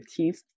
15th